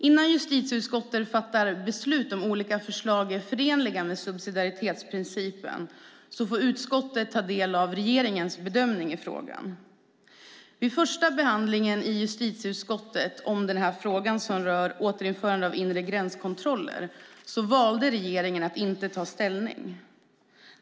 Innan justitieutskottet fattar beslut om huruvida olika förslag är förenliga med subsidiaritetsprincipen får utskottet ta del av regeringens bedömning i frågan. Vid första behandlingen i justitieutskottet av den här frågan som rör återinförande av inre gränskontroller valde regeringen att inte ta ställning.